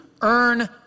earn